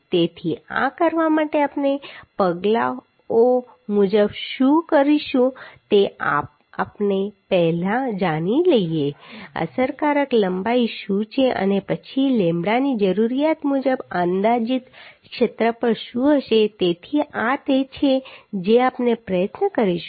તેથી આ કરવા માટે આપણે પગલાંઓ મુજબ શું કરીશું તે આપણે પહેલા જાણી શકીશું કે અસરકારક લંબાઈ શું છે અને પછી લેમ્બડાની જરૂરિયાત મુજબ અંદાજિત ક્ષેત્રફળ શું હશે તેથી આ તે છે જે આપણે પ્રયત્ન કરીશું